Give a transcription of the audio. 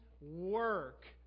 work